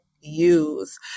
use